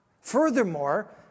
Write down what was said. Furthermore